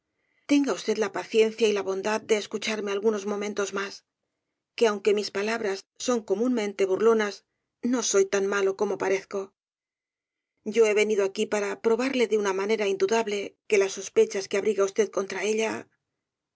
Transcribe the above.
tenga usted la paciencia y la bondad de escucharme algunos momentos más que aunque mis palabras son comúnmente burlonas no soy tan malo como parezco yo he venido aquí para probarle de una manera indudable que las sospechas que abriga usted contra ella